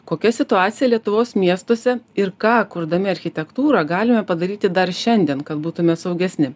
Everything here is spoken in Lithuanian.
kokia situacija lietuvos miestuose ir ką kurdami architektūrą galime padaryti dar šiandien kad būtume saugesni